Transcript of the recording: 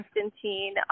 Constantine